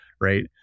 Right